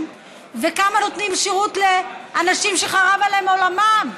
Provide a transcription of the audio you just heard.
וכמה נותנות שירות לאנשים שחרב עליהם עולמם?